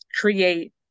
create